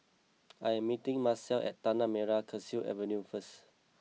I am meeting Macel at Tanah Merah Kechil Avenue first